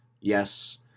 Yes